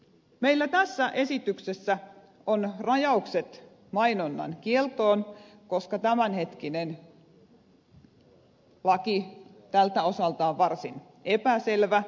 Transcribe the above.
meillä tässä esityksessä on rajaukset mainonnan kieltoon koska tämänhetkinen laki tältä osalta on varsin epäselvä vaikeaselkoinen